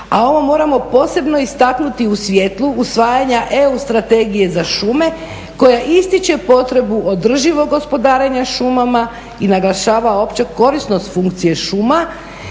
a ovo moramo posebno istaknuti u svijetlu usvajanja EU strategije za šume koja ističe potrebu održivog gospodarenja šumama i naglašava opću korisnost funkcije šuma,